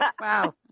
Wow